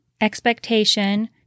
expectation